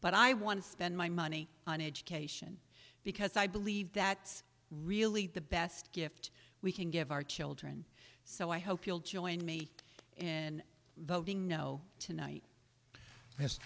but i want to spend my money on education because i believe that really the best gift we can give our children so i hope you'll join me in voting no tonight th